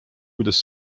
kuidas